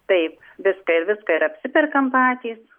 taip viską ir viską ir apsiperkam patys